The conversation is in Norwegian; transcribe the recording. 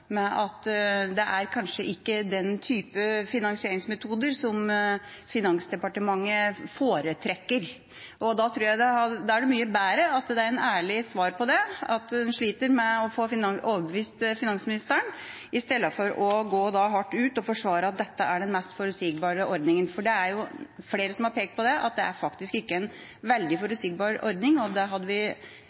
med at søknadstidspunktet er flyttet til våren. Det er veldig bra. Men jeg synes også der at representanten Thomsen hadde et veldig godt svar, at det er kanskje ikke er den type finansieringsmetoder Finansdepartementet foretrekker. Da tror jeg det er mye bedre å gi et ærlig svar på det og si at en sliter med å få overbevist finansministeren, i stedet for å gå hardt ut og forsvare at dette er den mest forutsigbare ordningen. Det er flere som har pekt på at det faktisk ikke er en